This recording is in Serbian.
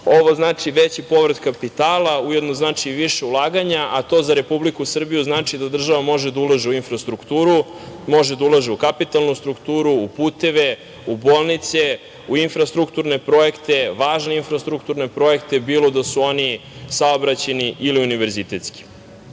znači veći povrat kapitala, ujedno znači više ulaganja, a to za Republiku Srbiju znači da država može da ulaže u infrastrukturu, može da ulaže u kapitalnu strukturu, u puteve, u bolnice, u infrastrukturne projekte, bilo da su oni saobraćajni ili univerzitetski.S